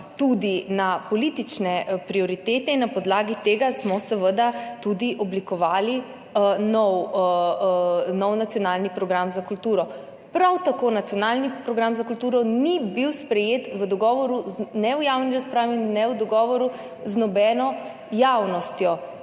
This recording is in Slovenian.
tudi na politične prioritete, seveda oblikovali nov nacionalni program za kulturo. Prav tako nacionalni program za kulturo ni bil sprejet ne v javni razpravi, ne v dogovoru z nobeno javnostjo.